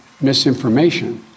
misinformation